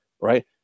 Right